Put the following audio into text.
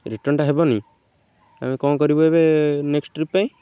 ରିଟର୍ଣ୍ଣଟା ହେବନି ଆମେ କ'ଣ କରିବୁ ଏବେ ନେକ୍ସଟ୍ ଟ୍ରିପ୍ ପାଇଁ